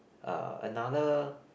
uh another